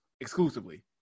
exclusively